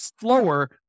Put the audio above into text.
slower